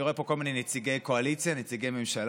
אני רואה פה כל מיני נציגי קואליציה, נציגי ממשלה.